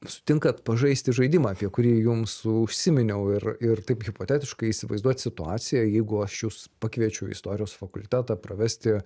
sutinkat pažaisti žaidimą apie kurį jums užsiminiau ir ir taip hipotetiškai įsivaizduot situaciją jeigu aš jus pakviečiu į istorijos fakultetą pravesti